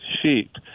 sheep